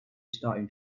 starting